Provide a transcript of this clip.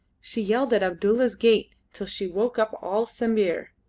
she yelled at abdulla's gate till she woke up all sambir.